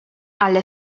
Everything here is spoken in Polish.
ale